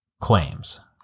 claims